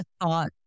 thought